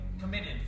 committed